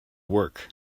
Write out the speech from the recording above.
work